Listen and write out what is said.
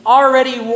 already